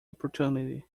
opportunity